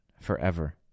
forever